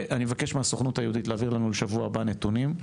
אני מבקש מהסוכנות היהודית להעביר לנו לשבוע הבא נתונים.